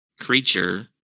creature